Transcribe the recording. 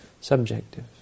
subjective